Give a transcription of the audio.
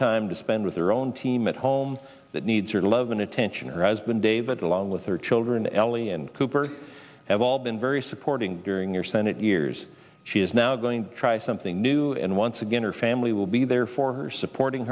time to spend with their own team at home that needs her love and attention or as been david along with her children ellie and cooper have all been very supporting during your senate years she is now going to try something new and once again her family will be there for her supporting